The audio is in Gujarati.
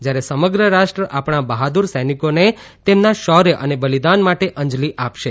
જયારે સમગ્ર રાષ્ટ્ર આપણા બહાદુર સૈનિકોને તેમના શૌર્ય અને બલિદાન માટે અંજલી આપશે